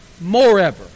moreover